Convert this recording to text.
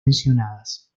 mencionadas